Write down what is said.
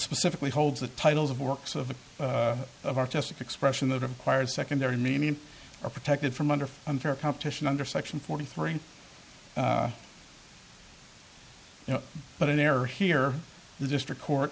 specifically holds the titles of works of of artistic expression that required secondary meaning are protected from under unfair competition under section forty three but in error here the district court